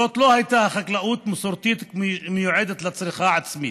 זאת לא הייתה חקלאות מסורתית המיועדת לצריכה עצמית,